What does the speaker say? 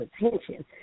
attention